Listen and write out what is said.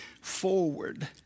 forward